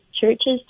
churches